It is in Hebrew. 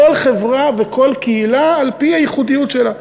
כל חברה וכל קהילה על-פי הייחודיות שלה,